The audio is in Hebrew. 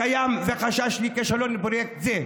קיים חשש לכישלון פרויקט זה.